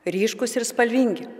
ryškūs ir spalvingi